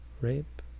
Rape